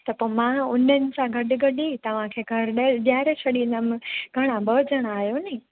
त पोइ मां उन्हनि सां गॾु गॾु तव्हां खे घरु ॾियर ॾियारे छॾींदमि घणा ॿ ॼणा आहियो नी